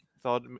thought